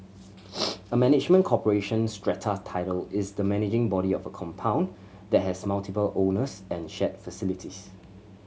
a management corporation strata title is the managing body of a compound that has multiple owners and shared facilities